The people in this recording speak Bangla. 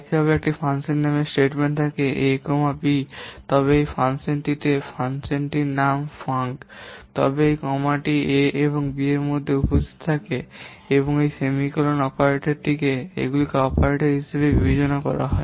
একইভাবে যদি একটি ফাংশন কল স্টেটমেন্ট ফাংশন থাকে a b তবে এই ফাংশনটিতে এই ফাংশনটির নাম func তারপরে এই কমাটি a এবং b এর মধ্যে উপস্থিত থাকে এবং এই সেমিকোলন অপারেটরকে এগুলি অপারেটর হিসাবে বিবেচনা করা হয়